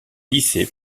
lycée